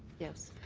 yes.